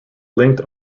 linked